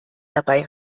dabei